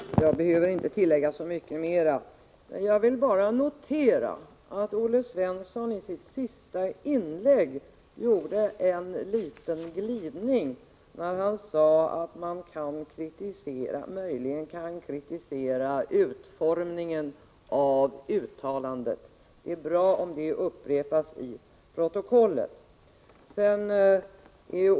Fru talman! Jag behöver inte tillägga särskilt mycket. Jag vill bara notera att Olle Svensson i sitt senaste inlägg gjorde en liten glidning, när han sade att man möjligen kan kritisera utformningen av uttalandet. Det är bra om detta upprepas i protokollet.